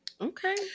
Okay